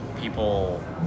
people